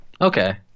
okay